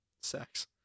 sex